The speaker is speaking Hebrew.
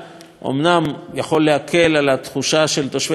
יכולה להקל את התחושה של תושבי מפרץ חיפה,